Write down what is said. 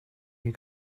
you